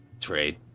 trade